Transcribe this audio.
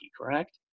correct